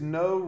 no